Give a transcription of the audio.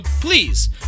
please